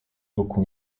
wokół